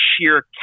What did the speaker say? sheer